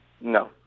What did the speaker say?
No